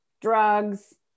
drugs